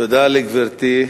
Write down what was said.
תודה לגברתי.